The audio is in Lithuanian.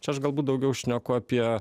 čia aš galbūt daugiau šneku apie